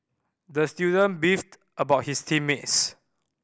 the student beefed about his team mates